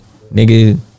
nigga